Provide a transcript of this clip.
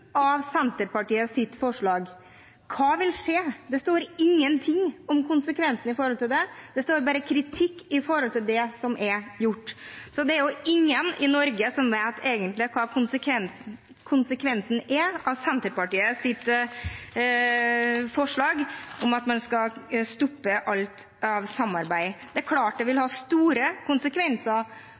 av Senterpartiets forslag. Hva vil skje? Det står ingenting om konsekvensene av dette, det står bare kritikk av det som er gjort. Så det er jo ingen i Norge som egentlig vet hva som er konsekvensen av Senterpartiets forslag om at man skal stoppe alt av samarbeid. Det er klart det vil ha store konsekvenser